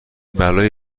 برای